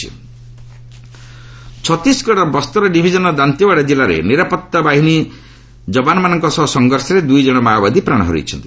Maoist killed Chhattisgarh ଛତିଶଗଡର ବସ୍ତର ଡିଭିଜନର ଦାନ୍ତେୱାଡା ଜିଲ୍ଲାରେ ନିରାପତ୍ତାବାହିନୀ ଜବାନମାନଙ୍କ ସହ ସଂଘର୍ଷରେ ଦୁଇଜଣ ମାଓବାଦୀ ପ୍ରାଣ ହରାଇଛନ୍ତି